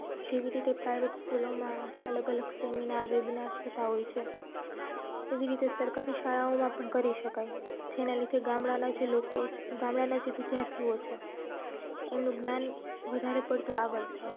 જેવી રીતે પ્રાઈવેટ સ્કૂલોમાં અલગ અલગ સેમિનાર વેબીનાર્સ થતાં હોય છે એવી રીતે સરકારી શાળાઓમાં પણ કરી શકાય જેના લીધે ગામડાંના જે લોકો ગામડાંના જે વિદ્યાર્થીઓ છે એમનું જ્ઞાન વધારે પડતું આગળ થાય